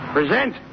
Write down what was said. Present